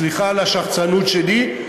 סליחה על השחצנות שלי,